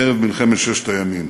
ערב מלחמת ששת הימים.